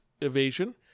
evasion